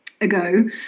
ago